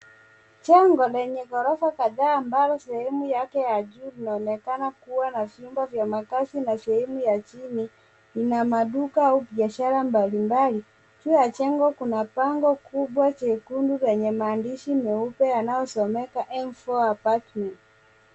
Jengo lenye ghorofa kadhaa ambalo sehemu yake ya juu linaonekana kua na vyumba vya makazi na sehemu ya chini lina maduka au biashara mbalimbali, juu ya jengo kuna bango kubwa jekundu leney maandishi meupe yanayosomeka M4 Apartment.